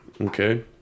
Okay